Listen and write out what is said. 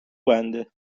بنده